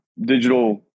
digital